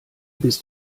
bist